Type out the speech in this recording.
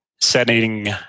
setting